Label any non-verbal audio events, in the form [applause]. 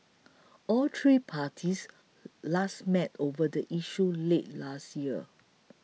[noise] all three parties last met over the issue late last year